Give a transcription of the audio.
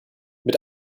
mit